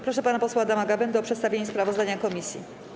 Proszę pana posła Adama Gawędę o przedstawienie sprawozdania komisji.